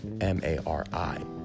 m-a-r-i